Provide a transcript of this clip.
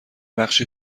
بخشی